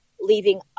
leaving